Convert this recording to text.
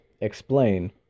explain